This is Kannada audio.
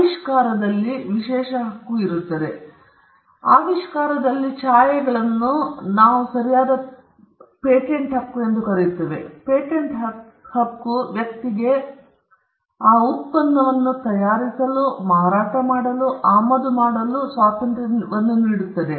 ಆವಿಷ್ಕಾರದಲ್ಲಿ ವಿಶೇಷ ಹಕ್ಕನ್ನು ಧರಿಸಿದರೆ ಆವಿಷ್ಕಾರದಲ್ಲಿ ಛಾಯೆಗಳನ್ನು ನಾವು ಸರಿಯಾದ ಪೇಟೆಂಟ್ ಹಕ್ಕು ಎಂದು ಕರೆಯುತ್ತೇವೆ ಮತ್ತು ಪೇಟೆಂಟ್ ಹಕ್ಕು ವ್ಯಕ್ತಿಯನ್ನು ತಯಾರಿಸಲು ಮಾರಾಟ ಮಾಡಲು ಮಾರಾಟ ಮಾಡಲು ಮತ್ತು ಆಮದು ಮಾಡಲು ಸ್ವಾತಂತ್ರ್ಯವನ್ನು ನೀಡುತ್ತದೆ